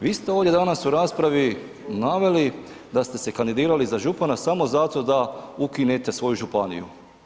Vi ste ovdje danas u raspravi naveli da ste se kandidirali za župana samo zato da ukinete svoju županiju.